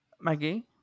Maggie